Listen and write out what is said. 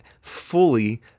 fully